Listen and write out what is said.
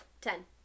Ten